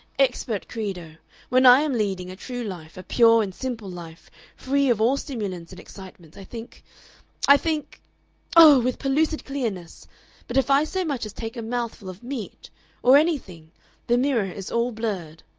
experte credo when i am leading a true life, a pure and simple life free of all stimulants and excitements, i think i think oh! with pellucid clearness but if i so much as take a mouthful of meat or anything the mirror is all blurred.